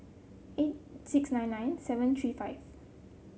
eight six nine nine seven three five